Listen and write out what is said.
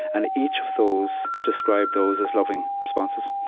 and each of those describe those as loving responses